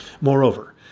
Moreover